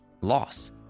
loss